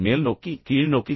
மேல்நோக்கி கீழ்நோக்கி